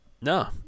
No